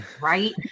Right